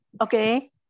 Okay